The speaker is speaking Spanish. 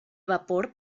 vapor